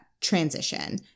transition